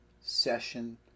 session